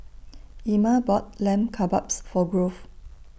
Ima bought Lamb Kebabs For Grove